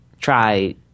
try